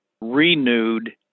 renewed